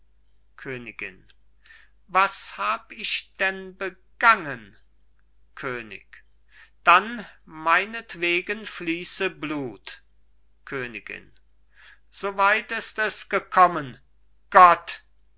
königin was hab ich denn begangen könig dann meinetwegen fließe blut königin so weit ist es gekommen gott